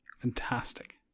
Fantastic